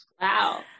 Wow